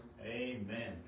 Amen